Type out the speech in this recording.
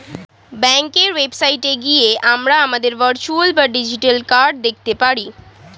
ব্যাঙ্কের ওয়েবসাইটে গিয়ে আমরা আমাদের ভার্চুয়াল বা ডিজিটাল কার্ড দেখতে পারি